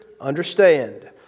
understand